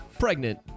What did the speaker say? Pregnant